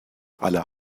aller